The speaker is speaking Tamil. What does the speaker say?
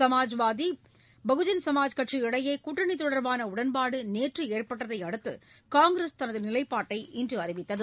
சமாஜ்வாதி பகுஜன் சமாஜ் கட்சி இடையே கூட்டணி தொடர்பான உடன்பாடு நேற்று ஏற்பட்டதை அடுத்து காங்கிரஸ் தனது நிலைப்பாட்டை இன்று அறிவித்தது